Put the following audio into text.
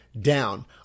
down